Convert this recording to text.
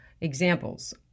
Examples